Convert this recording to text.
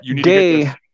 day